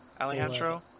Alejandro